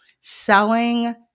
Selling